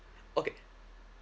okay